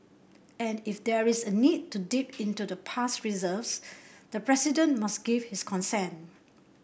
and if there is a need to dip into the past reserves the President must give his consent